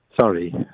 sorry